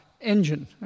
engine